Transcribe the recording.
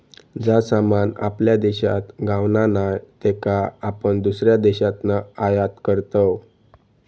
जा सामान आपल्या देशात गावणा नाय त्याका आपण दुसऱ्या देशातना आयात करतव